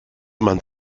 man